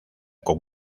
con